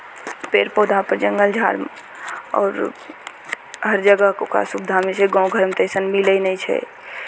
पेड़ पौधापर जङ्गल झाड़मे आओर हर जगहके ओकरा सुविधामे जे गाँव घरमे तैसन मिलै नहि छै